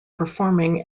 performing